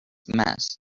mess